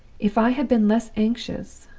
if i had been less anxious,